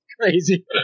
Crazy